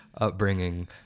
upbringing